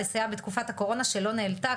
לסייע בתקופת הקורונה שלא נענתה,